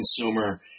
consumer